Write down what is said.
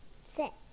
Six